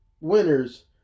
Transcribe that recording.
winners